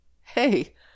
hey